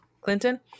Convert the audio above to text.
Clinton